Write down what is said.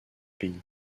pays